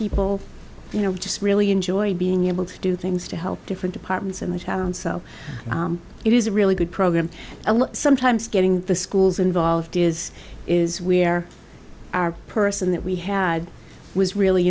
people you know just really enjoy being able to do things to help different departments in the town so it is a really good program and sometimes getting the schools involved is is where our person that we had was really